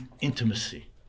intimacy